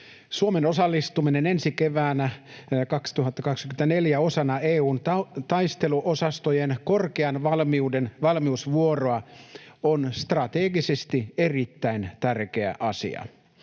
Suomen osallistuminen ensi keväänä 2024 osana EU:n taisteluosastojen korkean valmiuden valmiusvuoroa on strategisesti erittäin tärkeä asia.